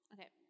Okay